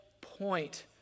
point